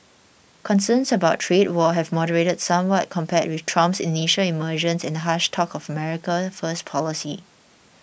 concerns about a trade war have moderated somewhat compared with Trump's initial emergence and harsh talk of America first policy